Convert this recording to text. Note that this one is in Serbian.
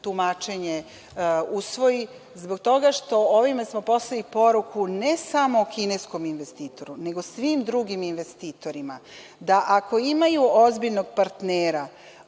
tumačenje usvoji, zbog toga što smo ovim poslali poruku ne samo kineskom investitoru, nego svim drugim investitorima da, ako imaju ozbiljnog partnera